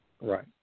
Right